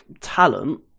talent